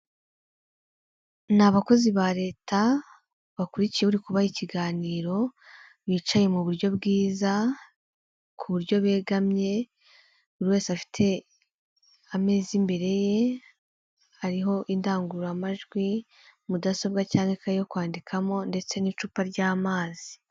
Ni abakozi ba leta, bakurikiye uri kubaha ikiganiro, bicaye mu buryo bwiza ku buryo begamye, buri wese afite amezi imbere ye hariho indangururamajwi, mudasobwa cyangwa ikayi yo kwandikamo ndetse n'icupa ry'amazi.